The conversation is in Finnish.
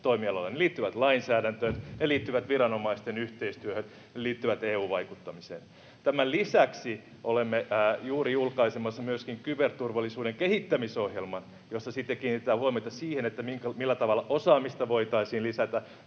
Ne liittyvät lainsäädäntöön, ne liittyvät viranomaisten yhteistyöhön, ne liittyvät EU-vaikuttamiseen. Tämän lisäksi olemme juuri julkaisemassa myöskin kyberturvallisuuden kehittämisohjelman, jossa kiinnitetään huomiota siihen, millä tavalla osaamista voitaisiin lisätä,